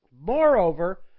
Moreover